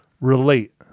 relate